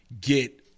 get